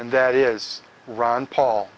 and that is ron paul